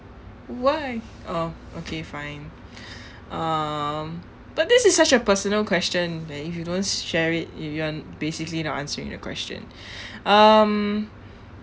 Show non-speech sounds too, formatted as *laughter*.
why oh okay fine *breath* um but this is such a personal question that if you don't share it if you're basically not answering the question *breath* um